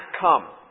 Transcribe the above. come